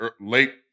late